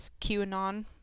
QAnon